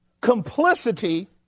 complicity